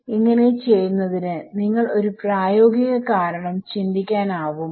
ഇങ്ങനെ ചെയ്യുന്നതിന് നിങ്ങൾക്ക് ഒരു പ്രായോഗിക കാരണം ചിന്ദിക്കാൻ ആവുമോ